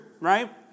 right